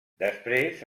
després